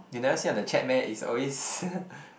you never see on the chat meh it's always